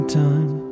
time